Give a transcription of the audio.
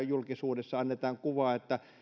julkisuudessa annetaan kuva että